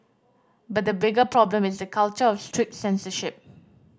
but the bigger problem is the culture of strict censorship